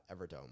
Everdome